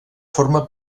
forma